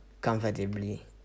comfortably